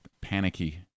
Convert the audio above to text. panicky